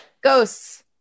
Ghosts